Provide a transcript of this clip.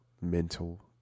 mental